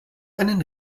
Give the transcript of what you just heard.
einen